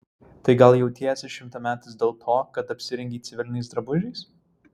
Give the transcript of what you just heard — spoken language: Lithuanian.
tai gal jautiesi šimtametis dėl to kad apsirengei civiliniais drabužiais